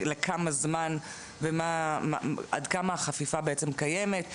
לכמה זמן ועד כמה החפיפה קיימת.